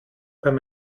beim